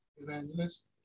Evangelist